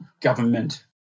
government